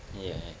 ya